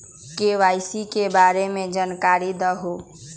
KYC के बारे में जानकारी दहु?